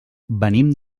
venim